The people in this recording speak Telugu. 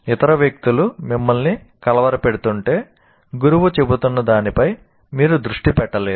ఇతర వ్యక్తులు మిమ్మల్ని కలవరపెడుతుంటే గురువు చెబుతున్న దానిపై మీరు దృష్టి పెట్టలేరు